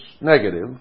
negative